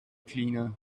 cleaner